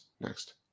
Next